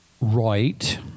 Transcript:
right